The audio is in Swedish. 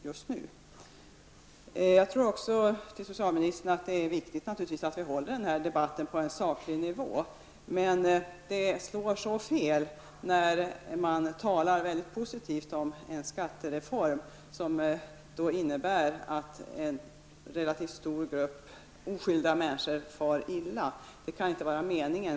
Jag tror också -- jag vill säga det till socialministern -- att det är viktigt att vi håller den här debatten på en saklig nivå, men det slår så fel när man talar positivt om en skattereform som innebär att en relativt stor grupp oskyldiga människor far illa. Det kan inte vara meningen.